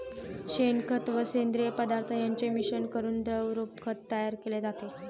शेणखत व सेंद्रिय पदार्थ यांचे मिश्रण करून द्रवरूप खत तयार केले जाते